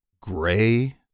gray